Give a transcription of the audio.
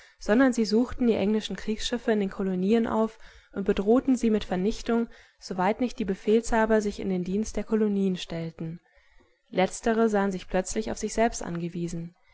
sondern sie suchten die englischen kriegsschiffe in den kolonien auf und bedrohten sie mit vernichtung soweit nicht die befehlshaber sich in den dienst der kolonien stellten letztere sahen sich plötzlich auf sich selbst angewiesen